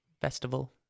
Festival